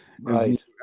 right